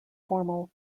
formal